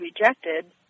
rejected